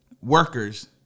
workers